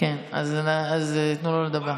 אז תנו לו לדבר.